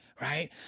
right